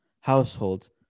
households